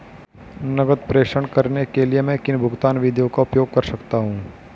नकद प्रेषण करने के लिए मैं किन भुगतान विधियों का उपयोग कर सकता हूँ?